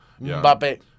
Mbappe